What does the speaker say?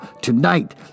tonight